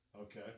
Okay